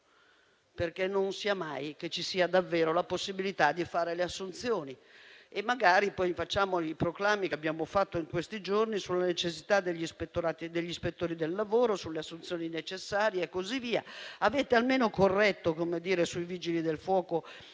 perché non sia mai che ci sia davvero la possibilità di fare assunzioni. Magari però poi lanciamo i proclami che abbiamo fatto in questi giorni sulla necessità degli ispettori del lavoro delle assunzioni e quant'altro. Avete almeno corretto sui Vigili del fuoco